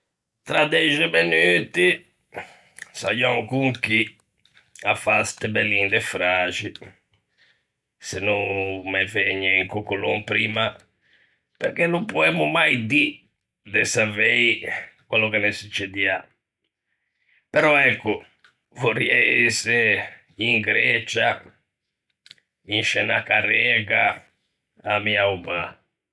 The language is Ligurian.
Tra dexe menuti saiò ancon chì à fâ ste bellin de fraxi, se no me vëgne un coccolon primma, perché no poemmo mai dî de savei quello ne succedià, però ecco, vorriæ ëse in Grecia, in sce unna carrega, à ammiâ o mâ.